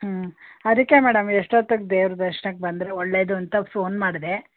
ಹ್ಞೂ ಅದಕ್ಕೆ ಮೇಡಮ್ ಎಷ್ಟೊತ್ತಿಗ್ ದೇವ್ರ ದರ್ಶ್ನಕ್ಕೆ ಬಂದರೆ ಒಳ್ಳೇದು ಅಂತ ಫೋನ್ ಮಾಡಿದೆ